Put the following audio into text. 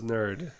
Nerd